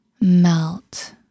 melt